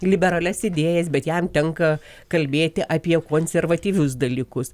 liberalias idėjas bet jam tenka kalbėti apie konservatyvius dalykus